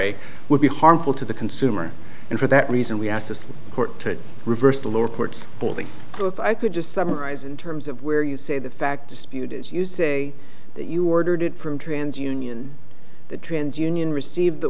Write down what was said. a would be harmful to the consumer and for that reason we asked the court to reverse the lower court's holding so if i could just summarize in terms of where you say the fact dispute is you say that you ordered it from trans union the trans union received the